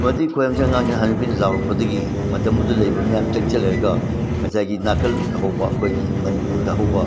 ꯃꯗꯨꯗꯒꯤ ꯑꯉꯥꯡꯁꯤꯡꯗ ꯍꯅꯨꯕꯤꯅ ꯂꯥꯎꯔꯛꯄꯗꯒꯤ ꯃꯇꯝ ꯑꯗꯨꯗ ꯂꯩꯕ ꯃꯤꯌꯥꯝ ꯆꯪꯁꯤꯜꯂꯦ ꯍꯥꯏꯔꯒ ꯉꯁꯥꯏꯒꯤ ꯅꯥꯀꯜ ꯑꯗꯨꯗ ꯍꯧꯕ ꯑꯩꯈꯣꯏꯒꯤ ꯃꯅꯤꯄꯨꯔꯗ ꯍꯧꯕ